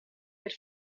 per